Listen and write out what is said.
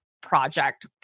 project